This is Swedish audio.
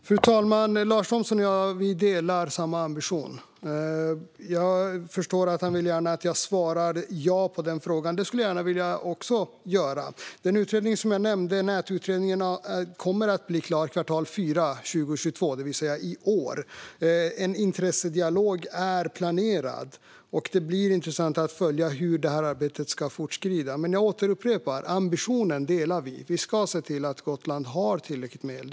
Fru talman! Lars Thomsson och jag har samma ambition. Jag förstår att han gärna vill att jag svarar ja på frågan. Det skulle jag också gärna vilja göra. Den utredning som jag nämnde, Nätutredningen, kommer att bli klar kvartal 4 2022, det vill säga i år. En intressedialog är planerad, och det blir intressant att följa hur arbetet kommer att fortskrida. Men jag återupprepar: Ambitionen delar vi. Vi ska se till att Gotland har tillräckligt med el.